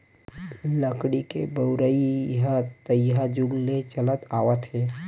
लकड़ी के बउरइ ह तइहा जुग ले चलत आवत हे